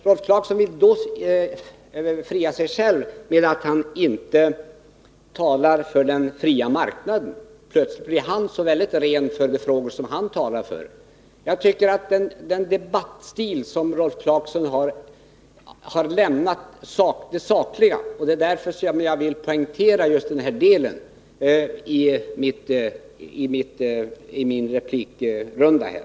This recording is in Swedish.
Rolf Clarkson vill-påstå att han inte talar för den fria marknaden. Plötsligt blir han så väldigt ”ren” i förhållande till de frågor han talar för. Jag tycker att Rolf Clarkson med den debattstil som han tillämpar har lämnat det sakliga. Jag tycker det är angeläget att poängtera just detta i min replik den här replikomgången.